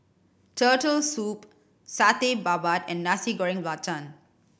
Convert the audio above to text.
Turtle Soup Satay Babat and Nasi Goreng Belacan